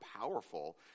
powerful